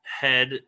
head